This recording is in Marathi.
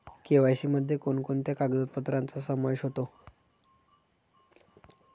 के.वाय.सी मध्ये कोणकोणत्या कागदपत्रांचा समावेश होतो?